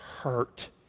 hurt